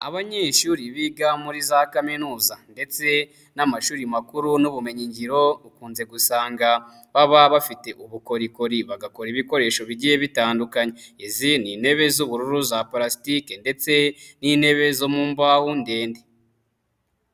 Abanyeshuri biga muri za kaminuza ndetse n'amashuri makuru n'ubumenyingiro, ukunze gusanga baba bafite ubukorikori, bagakora ibikoresho bigiye bitandukanye. Izindi ni intebe z'ubururu za palasitiki ndetse n'intebe zo mu mbaho ndende.